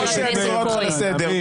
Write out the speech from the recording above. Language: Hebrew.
משה, אני קורא אותך לסדר.